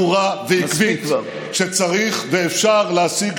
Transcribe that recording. משנה סדורה ועקבית שצריך ואפשר להשיג